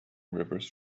rivers